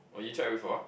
or you check before